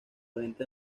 venta